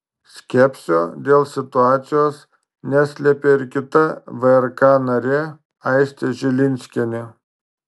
skepsio dėl situacijos neslėpė ir kita vrk narė aistė žilinskienė